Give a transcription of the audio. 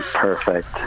Perfect